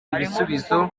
igisubizo